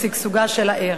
לשגשוגה של העיר.